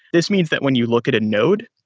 this means that when you look at a node,